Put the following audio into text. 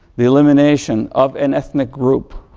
the elimination of an ethnic group.